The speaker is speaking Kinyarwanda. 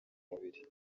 mubiri